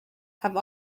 have